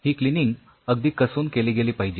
ही cleaning अगदी कसून केली गेली पाहिजे